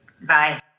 Bye